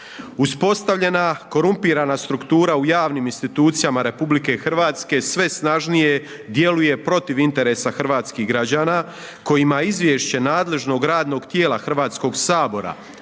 Uspostavljena korumpirana struktura u javnim institucijama RH sve snažnije djeluje protiv interesa hrvatskih građana kojima izvješće nadležnog radnog tijela HS-a, ali